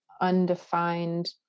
undefined